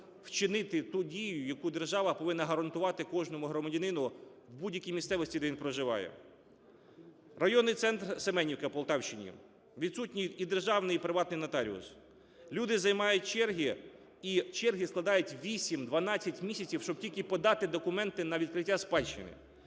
вчинити ту дію, яку держава повинна гарантувати кожному громадянину в будь-якій місцевості, де він проживає. Районний центрСеменівка на Полтавщині – відсутній і державний, і приватний нотаріус. Люди займають черги, і черги складають 8-12 місяців, щоб тільки подати документи на відкриття спадщини.